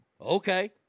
Okay